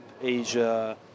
Asia